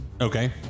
Okay